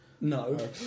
No